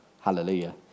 Hallelujah